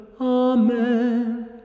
Amen